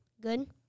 good